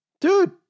Dude